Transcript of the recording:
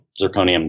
Zirconium